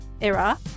era